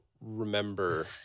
remember